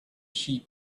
sheep